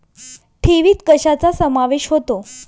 ठेवीत कशाचा समावेश होतो?